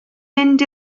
mynd